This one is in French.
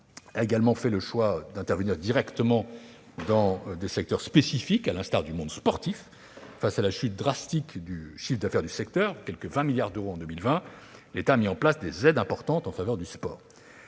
a également fait le choix d'intervenir directement dans des secteurs spécifiques, à l'instar du monde sportif. Face à la chute dramatique du chiffre d'affaires du secteur- quelque 20 milliards d'euros en 2020 -, l'État a mis en place des aides importantes en faveur du sport.